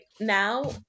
now